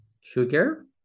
sugar